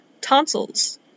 tonsils